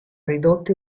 ridotta